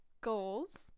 goals